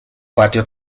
patio